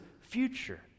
future